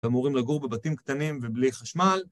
אמורים לגור בבתים קטנים ובלי חשמל.